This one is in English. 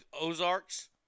Ozarks